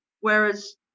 whereas